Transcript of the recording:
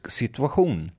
situation